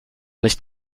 nicht